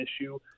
issue